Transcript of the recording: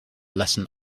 lesson